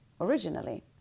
originally